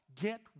Get